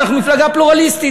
אנחנו מפלגה פלורליסטית,